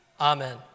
Amen